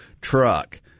truck